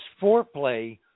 foreplay